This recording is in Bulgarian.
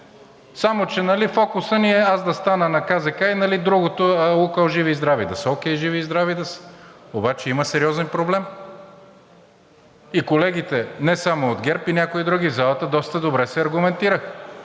Само че фокусът ни е: „Аз да стана на КЗК, а другото – „Лукойл“ живи и здрави да са!“ Окей, живи и здрави да са! Обаче има сериозен проблем и колегите – не само от ГЕРБ, и някои други в залата доста добре се аргументираха.